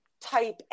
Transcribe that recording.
type